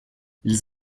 ils